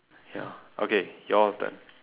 ya okay your turn